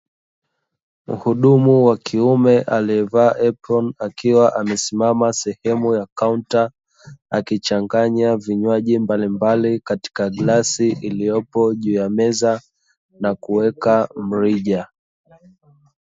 Mhudumu wa kiume aliyevaa eproni akiwa amesimama sehemu ya kaunta, akichanganya vinywaji vya aina mbalimbali katika glasi iliyopo juu ya meza na kuweka mrija.